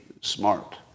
smart